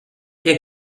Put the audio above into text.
der